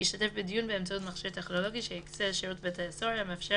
ישתתף בדיון באמצעות מכשיר טכנולוגי שיקצה שירות בתי הסוהר המאפשר